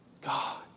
God